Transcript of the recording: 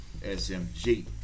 SMG